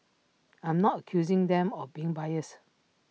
I'm not accusing them of being biased